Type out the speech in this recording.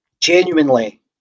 genuinely